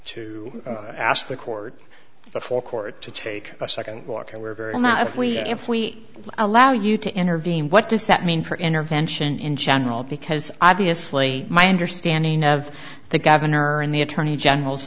to ask the court the full court to take a second look and we're very mad if we if we allow you to intervene what does that mean for intervention in general because obviously my understanding of the governor and the attorney general's